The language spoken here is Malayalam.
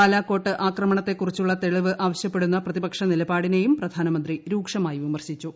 ബാലാകോട്ട് ആക്രമണത്തെക്കുറിച്ചുള്ള തെളിവ് ആവശ്യപ്പെടുന്ന പ്രതിപക്ഷ നിലപാടിനെയും പ്രധാനമന്ത്രി രൂക്ഷമായി വിമർശിച്ചു